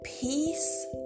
Peace